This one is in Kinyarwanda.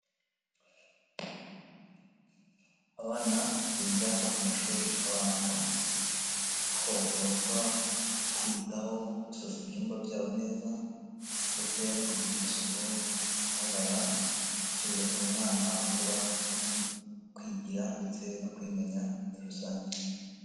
Abana biga mu mashuri abanza, aho batozwa kwiyitaho gusasa ibyumba byabo neza ndetse no kugirira isuku aho barara, bityo bigatuma umwana akura azi kwigira ndetse no kwimenya muri rusange.